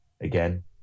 again